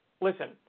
Listen